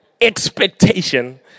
Expectation